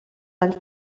anys